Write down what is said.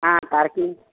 हाँ पार्किंग